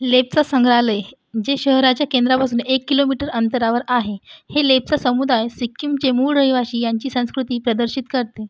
लेपचा संग्रहालय जे शहराच्या केंद्रापासून एक किलोमीटर अंतरावर आहे हे लेपचा समुदाय सिक्कीमचे मूळ रहिवासी यांची संस्कृती प्रदर्शित करते